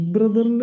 Brother